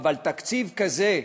אבל תקציב כזה,